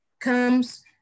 comes